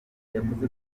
yavuze